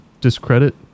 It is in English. discredit